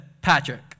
Patrick